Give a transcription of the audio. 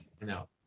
No